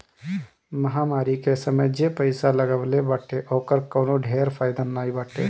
महामारी के समय जे पईसा लगवले बाटे ओकर कवनो ढेर फायदा नाइ बाटे